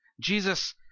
Jesus